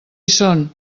són